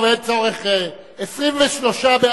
ההצעה להעביר את הצעת חוק ביטוח בריאות ממלכתי (תיקון מס' 52),